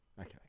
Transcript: Okay